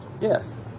Yes